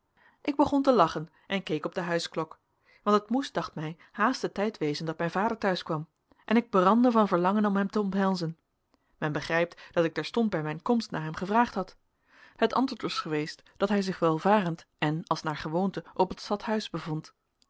ik begon te lachen en keek op de huisklok want het moest dacht mij haast de tijd wezen dat mijn vader te huis kwam en ik brandde van verlangen om hem te omhelzen men begrijpt dat ik terstond bij mijn komst naar hem gevraagd had het antwoord was geweest dat hij zich welvarend en als naar gewoonte op het stadhuis bevond